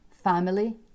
Family